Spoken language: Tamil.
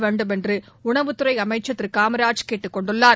வேண்டும் என்று உணவுத் துறை அமைச்சர் திரு காமராஜ் கேட்டுக்கொண்டுள்ளார்